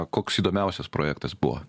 koks įdomiausias projektas buvo